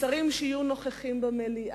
לשרים שיהיו נוכחים במליאה,